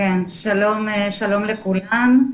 שלום לכולם.